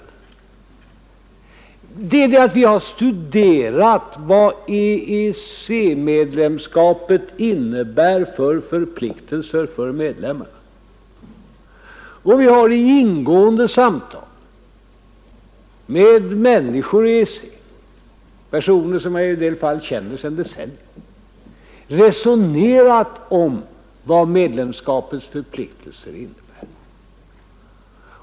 Det är på det sättet att vi har studerat vad EEC-medlemskapet innebär för förpliktelser för medlemmarna, och vi har i ingående samtal med människor i EEC — personer som jag i en del fall känner sedan decennier — resonerat om vad medlemskapets förpliktelser innebär.